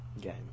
Game